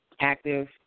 active